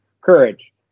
Courage